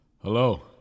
Hello